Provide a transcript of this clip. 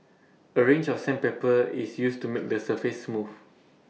A range of sandpaper is used to make the surface smooth